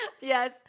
Yes